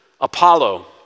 Apollo